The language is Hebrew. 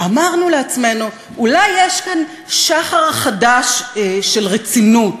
אמרנו לעצמנו: אולי יש כאן שחר חדש של רצינות,